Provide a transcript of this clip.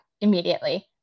immediately